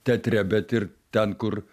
teatre bet ir ten kur